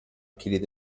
کلید